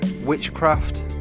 witchcraft